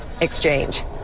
exchange